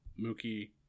Mookie